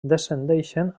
descendeixen